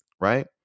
right